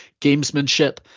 gamesmanship